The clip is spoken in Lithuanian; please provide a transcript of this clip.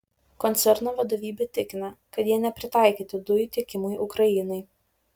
koncerno vadovybė tikina kad jie nepritaikyti dujų tiekimui ukrainai